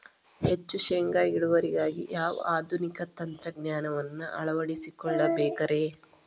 ಹೆಚ್ಚು ಶೇಂಗಾ ಇಳುವರಿಗಾಗಿ ಯಾವ ಆಧುನಿಕ ತಂತ್ರಜ್ಞಾನವನ್ನ ಅಳವಡಿಸಿಕೊಳ್ಳಬೇಕರೇ?